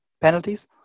penalties